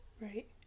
right